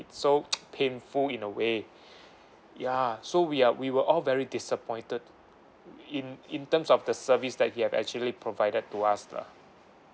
so painful in a way ya so we are we were all very disappointed in in terms of the service that he have actually provided to us lah